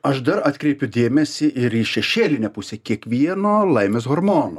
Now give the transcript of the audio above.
aš dar atkreipiu dėmesį ir į šešėlinę pusę kiekvieno laimės hormono